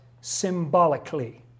symbolically